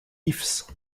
ifs